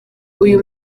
uyu